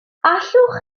allwch